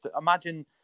imagine